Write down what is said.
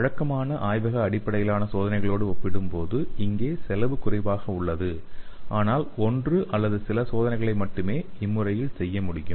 வழக்கமான ஆய்வக அடிப்படையிலான சோதனைகளோடு ஒப்பிடும்போது இங்கே செலவு குறைவாக உள்ளது ஆனால் ஒன்று அல்லது சில சோதனைகளை மட்டுமே இம்முறையில் செய்ய முடியும்